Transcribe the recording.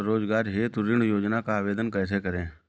स्वरोजगार हेतु ऋण योजना का आवेदन कैसे करें?